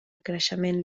creixement